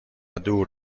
دور